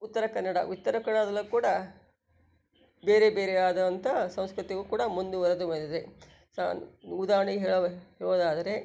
ಉತ್ತರ ಕನ್ನಡ ಉತ್ತರ ಕನ್ನಡದಲ್ಲೂ ಕೂಡ ಬೇರೆಬೇರೆ ಆದಂಥ ಸಂಸ್ಕೃತಿಯು ಕೂಡ ಮುಂದುವರೆದು ಬಂದಿದೆ ಸ ಉದಾಹರ್ಣೆಗೆ ಹೇಳಬೇಕು ಹೇಳೋದಾದರೆ